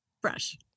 Fresh